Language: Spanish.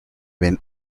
ven